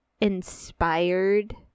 inspired